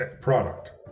product